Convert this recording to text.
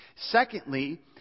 Secondly